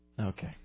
okay